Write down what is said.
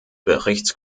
berichts